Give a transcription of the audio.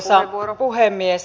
arvoisa puhemies